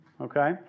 okay